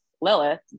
Lilith